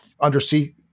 undersea